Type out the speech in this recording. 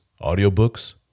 audiobooks